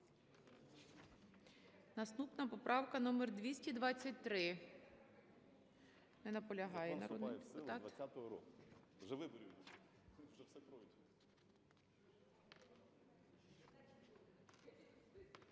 Наступна - поправка номер 223.